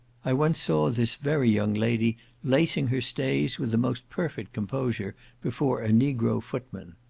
i once saw this very young lady lacing her stays with the most perfect composure before a negro footman.